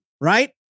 Right